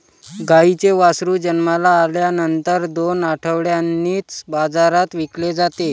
गाईचे वासरू जन्माला आल्यानंतर दोन आठवड्यांनीच बाजारात विकले जाते